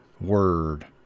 word